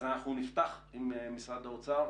אז אנחנו נפתח עם משרד האוצר.